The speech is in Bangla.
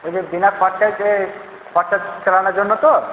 ওই যে বিনা খরচায় যে চালানোর জন্য তো